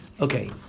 Okay